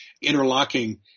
interlocking